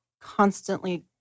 constantly